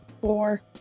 four